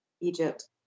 Egypt